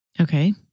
Okay